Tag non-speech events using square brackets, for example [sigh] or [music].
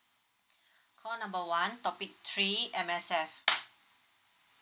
[breath] call number one topic three M_S_F